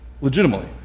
legitimately